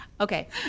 okay